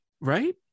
Right